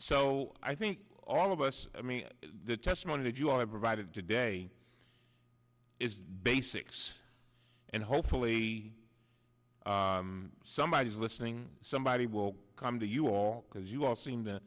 so i think all of us i mean the testimony that you all have provided today is the basics and hopefully somebody is listening somebody will come to you all because you all seem to